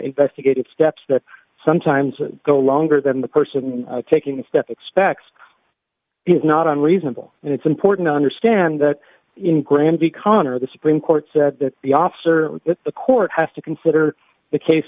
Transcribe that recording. investigative steps that sometimes go longer than the person taking the step expects is not unreasonable and it's important to understand that in granby conner the supreme court said that the officer with the court has to consider the case